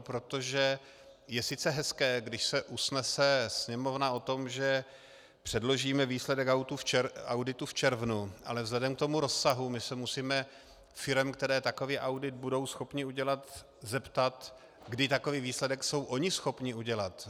Protože je sice hezké, když se usnese Sněmovna o tom, že předložíme výsledek auditu v červnu, ale vzhledem k tomu rozsahu my se musíme firem, které takový audit budou schopny udělat, zeptat, kdy takový výsledek jsou ony schopny udělat.